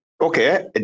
Okay